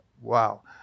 wow